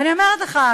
ואני אומרת לך,